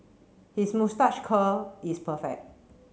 his moustache curl is perfect